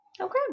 Okay